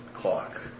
clock